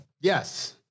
Yes